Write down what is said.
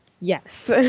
Yes